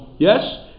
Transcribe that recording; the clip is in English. Yes